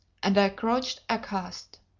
and i crouched aghast.